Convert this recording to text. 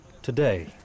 today